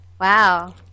wow